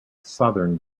southern